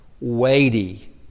weighty